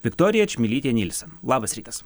viktorija čmilytė nylsen labas rytas